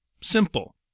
Simple